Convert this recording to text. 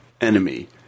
enemy